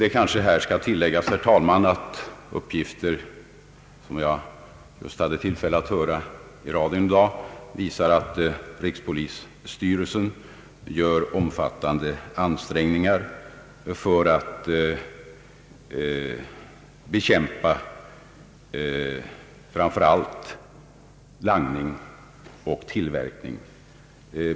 Det kanske skall tilläggas, herr talman, att uppgifter, som jag just hade tillfälle att höra i radio en dag, visar att rikspolisstyrelsen gör omfattande ansträngningar för att bekämpa framför allt langning och tillverkning.